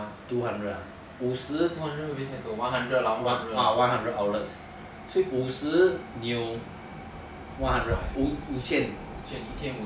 two hundred ah ya one hundred outlets 所以五十你有五千